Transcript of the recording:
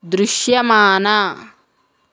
దృశ్యమాన